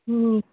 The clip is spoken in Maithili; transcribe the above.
हुँ